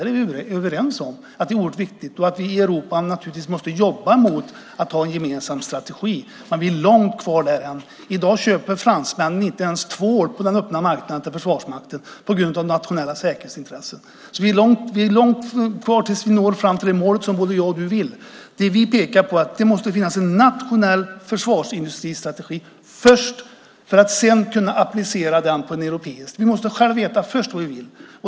Vi är överens om att det är oerhört viktigt, och att vi i Europa måste jobba mot att ha en gemensam strategi. Men det är långt kvar där än. I dag köper fransmännen inte ens tvål till försvarsmakten på den öppna marknaden på grund av nationella säkerhetsinsatser. Det är alltså långt kvar tills vi når fram till det mål som både jag och Isabella vill nå. Det vi pekar på är att det måste finnas en nationell försvarsindustristrategi först, för att man sedan ska kunna applicera den på en europeisk. Vi måste själva först veta vad vi vill.